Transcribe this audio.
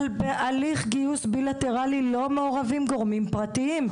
אבל בתהליך גיוס בילטרלי לא מעורבים גורמים פרטיים,